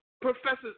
professors